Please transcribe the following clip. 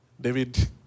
David